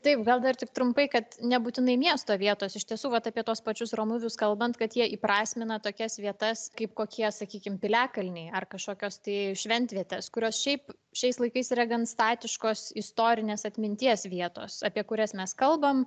taip gal dar tik trumpai kad nebūtinai miesto vietos iš tiesų vat apie tuos pačius romuvius kalbant kad jie įprasmina tokias vietas kaip kokie sakykim piliakalniai ar kažkokios tai šventvietės kurios šiaip šiais laikais yra gan statiškos istorinės atminties vietos apie kurias mes kalbam